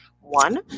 one